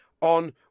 On